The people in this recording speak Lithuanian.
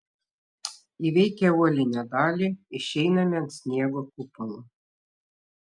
įveikę uolinę dalį išeiname ant sniego kupolo